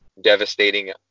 devastating